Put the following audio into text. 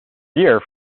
gear